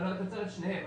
אתה צריך את שניהם.